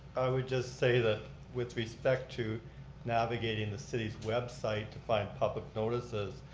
i would just say that with respect to navigating the city's website to find public notices,